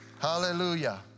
Hallelujah